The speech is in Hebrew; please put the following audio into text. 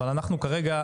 אבל אנחנו כרגע,